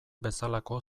bezalako